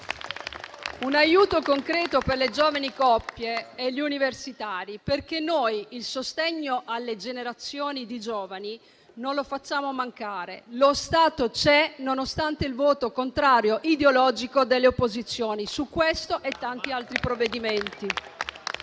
un aiuto concreto per le giovani coppie e gli universitari, perché noi, il sostegno alle giovani generazioni, non lo facciamo mancare. Lo Stato c'è, nonostante il voto contrario ideologico delle opposizioni su questo e su tanti altri provvedimenti.